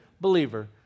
believer